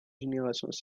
générations